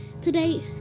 today